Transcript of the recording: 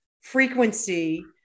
frequency